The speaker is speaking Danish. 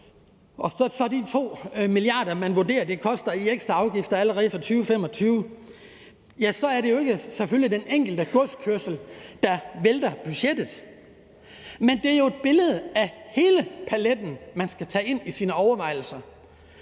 til de 2 mia. kr., man vurderer det koster i ekstra afgifter allerede fra 2025, så er det selvfølgelig ikke den enkelte godskørsel, der vælter budgettet. Men det er jo hele paletten, man skal tage med i sine overvejelser.